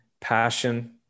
passion